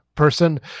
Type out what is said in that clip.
Person